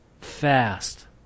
fast